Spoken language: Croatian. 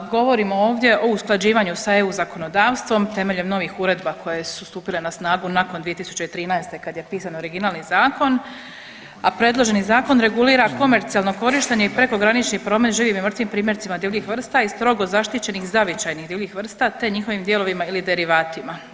Govorimo ovdje o usklađivanju sa EU zakonodavstvom temeljem novih uredba koje su stupile na snagu nakon 2013. kada je je pisan originalni zakon, a predloženi zakon regulira komercijalno korištenje i prekogranični promet živim i mrtvim primjercima divljih vrsta i strogo zaštićenih zavičajnih divljih vrsta, te njihovim dijelovima ili derivatima.